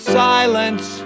silence